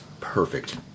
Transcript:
perfect